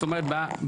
זאת אומרת,